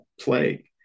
plague